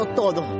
todo